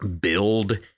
build